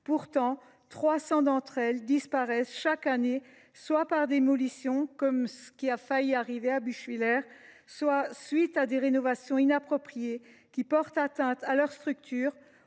Pourtant, 300 d’entre elles disparaissent chaque année, soit par démolition, comme ce qui a failli arriver à Buschwiller, soit à la suite de rénovations inappropriées, qui portent atteinte à leur structure